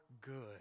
Good